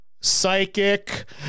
psychic